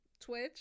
Twitch